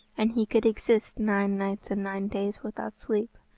and he could exist nine nights and nine days without sleep.